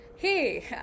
hey